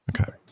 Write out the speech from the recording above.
Okay